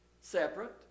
separate